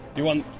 you want,